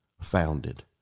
founded